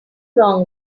wrong